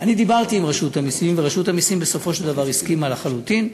אני דיברתי עם רשות המסים ורשות המסים בסופו של דבר הסכימה לחלוטין.